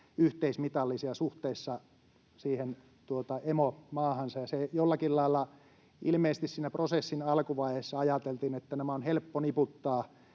yhteismitallisia suhteessa emomaahansa. Jollakin lailla ilmeisesti siinä prosessin alkuvaiheessa ajateltiin, että nämä on helppo niputtaa